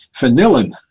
vanillin